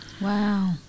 Wow